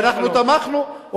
הוא עשה דברים טובים שאנחנו תמכנו,